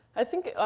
i think